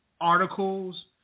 articles